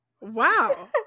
Wow